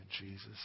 Jesus